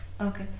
Okay